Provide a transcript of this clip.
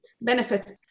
benefits